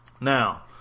Now